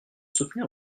soutenir